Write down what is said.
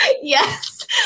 Yes